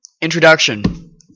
Introduction